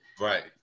Right